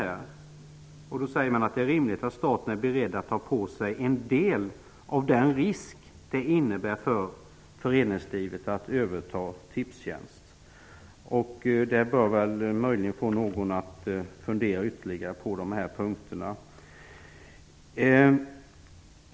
Man säger att det är rimligt att staten är beredd att ta på sig en del av den risk det innebär för föreningslivet att överta Tipstjänst. Det bör väl möjligen få någon att fundera ytterligare på dessa punkter.